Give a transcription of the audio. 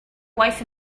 wife